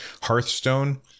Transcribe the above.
Hearthstone